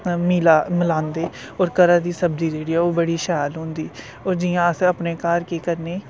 मिला मिलांदे और घरा दी सब्जी जेह्ड़ी ऐ ओह् बड़ी शैल होंदी और जियां अस अपने घर केह् करने